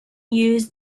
use